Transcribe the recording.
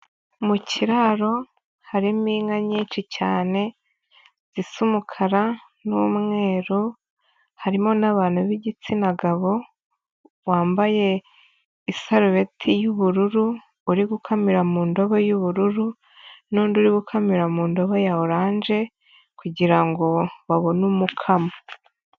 Mu kiraro harimo inka nyinshi cyane zisa umukara n'umweru, harimo n'abantu b'igitsina gabo wambaye isarubeti y'ubururu uri gukamira mu ndobo y'ubururu n'undi uri gukamira mu ndobo ya oranje kugira ngo babone umukamo.